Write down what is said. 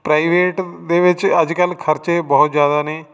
private ਦੇ ਵਿੱਚ ਅੱਜ ਕੱਲ੍ਹ ਖਰਚੇ ਬਹੁਤ ਜ਼ਿਆਦਾ ਨੇ